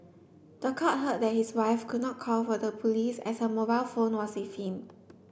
the court heard that his wife could not call for the police as her mobile phone was with him